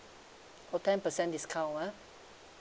oh ten percent discount ah